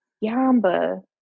Yamba